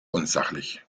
unsachlich